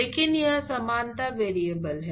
लेकिन यह समानता वेरिएबल है